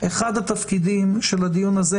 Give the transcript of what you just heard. אחד התפקידים של הדיון הזה,